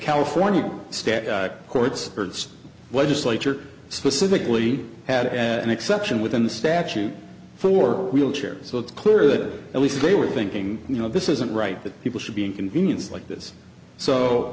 california state courts byrd's legislature specifically had an exception within the statute for wheelchairs so it's clear that at least they were thinking you know this isn't right that people should be inconvenienced like this so